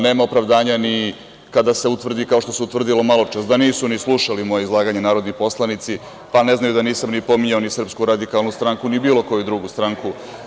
Nema opravdanja ni kada se utvrdi, kao što se utvrdilo malo čas, da nisu ni slušali moje izlaganje narodni poslanici, pa ne znaju da nisam pominjao ni SRS, ni bilo koju drugu stranku.